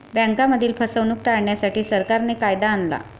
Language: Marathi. बँकांमधील फसवणूक टाळण्यासाठी, सरकारने कायदा आणला